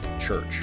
church